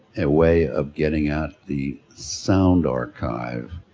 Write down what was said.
a way of getting at the sound archive.